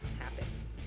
happen